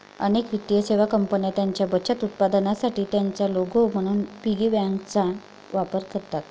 अनेक वित्तीय सेवा कंपन्या त्यांच्या बचत उत्पादनांसाठी त्यांचा लोगो म्हणून पिगी बँकांचा वापर करतात